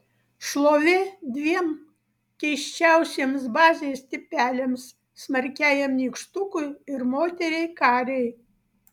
šlovė dviem keisčiausiems bazės tipeliams smarkiajam nykštukui ir moteriai karei